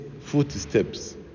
footsteps